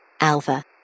Alpha